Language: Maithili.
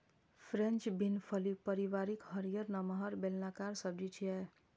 फ्रेंच बीन फली परिवारक हरियर, नमहर, बेलनाकार सब्जी छियै